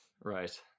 right